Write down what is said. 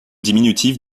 diminutif